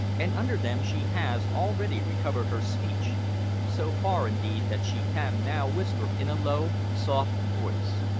and under them she has already recovered her speech so far, indeed, that she can now whisper in a low, soft voice.